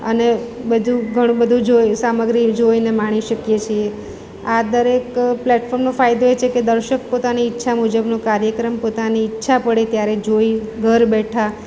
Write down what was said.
અને બધું ઘણું બધું જોઈ સામગ્રી જોઈને માણી શકીએ છીએ આ દરેક પ્લેટફોર્મનો ફાયદો એ છે કે દર્શક પોતાની ઈચ્છા મુજબનો કાર્યક્રમ પોતાની ઈચ્છા પડે ત્યારે જોઈ ઘર બેઠા